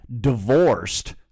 divorced